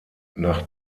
nach